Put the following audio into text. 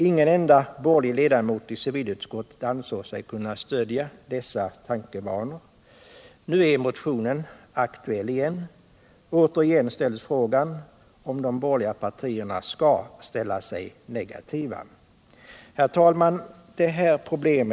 Ingen enda borgerlig ledamot av civilutskottet ansåg sig kunna stödja dessa tankegångar. Nu är motionen åter aktuell. och återigen uppstår frågan om de borgerliga partierna skall ställa sig negativa. Herr talman! Detta är ett stort problem.